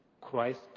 Christ